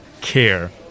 care